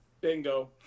Bingo